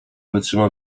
wytrzyma